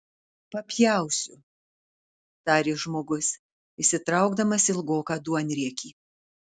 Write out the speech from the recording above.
papjausiu tarė žmogus išsitraukdamas ilgoką duonriekį